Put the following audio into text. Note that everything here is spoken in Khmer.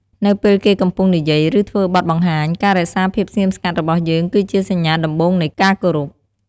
នៅពេលគេកំពុងនិយាយ ឬធ្វើបទបង្ហាញ ការរក្សាភាពស្ងៀមស្ងាត់របស់យើង គឺជាសញ្ញាដំបូងនៃការគោរព។